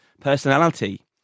personality